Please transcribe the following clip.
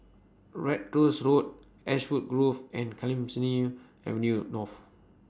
Ratus Road Ashwood Grove and Clemenceau Avenue North